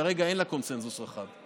וכרגע אין לה קונסנזוס רחב.